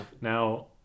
Now